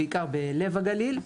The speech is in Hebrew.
בעיקר בלב הגליל.